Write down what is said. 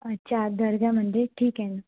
अच्छा दर्गामध्ये ठीक ए न